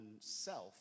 self